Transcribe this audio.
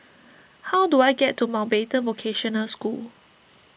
how do I get to Mountbatten Vocational School